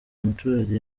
umuturage